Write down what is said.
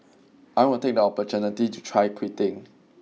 I'll take the opportunity to try quitting